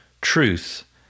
truth